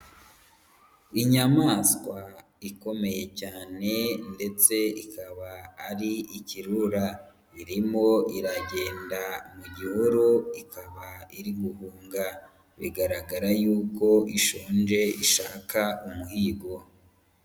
Inyamaswa ikomeye cyane ndetse ikaba ari ikirura, irimo iragenda mu gihuru ikaba iri guhunga, bigaragara yuko ishonje ishaka umuhigo.